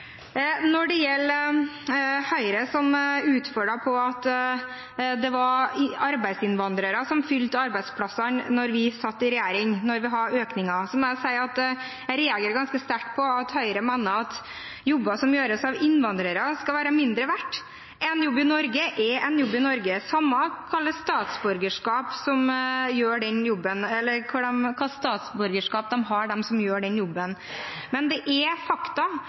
Når det gjelder det at Høyre utfordrer oss på at det var arbeidsinnvandrere som fylte arbeidsplassene da vi satt i regjering og vi hadde økninger, må jeg si at jeg reagerer ganske sterkt på at Høyre mener at jobber som gjøres av innvandrere, skal være mindre verdt. En jobb i Norge er en jobb i Norge, samme hva slags statsborgerskap de som gjør den jobben, har. Det er